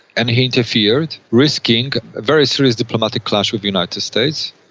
and he interfered, risking a very serious diplomatic clash with the united states,